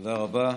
תודה רבה.